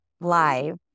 live